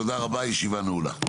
תודה רבה, הישיבה נעולה.